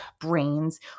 brains